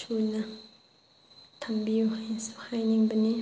ꯁꯨꯅ ꯊꯝꯕꯤꯌꯨ ꯍꯥꯏꯅꯁꯨ ꯍꯥꯏꯅꯤꯡꯕꯅꯤ